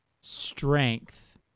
strength